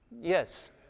Yes